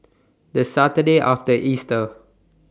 The Saturday after Easter